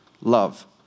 love